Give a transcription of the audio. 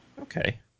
Okay